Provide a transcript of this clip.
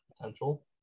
potential